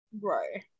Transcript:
Right